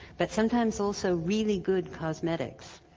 but sometimes also really good cosmetics.